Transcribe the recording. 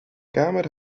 kamer